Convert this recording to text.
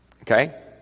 okay